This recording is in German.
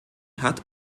hat